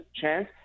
chance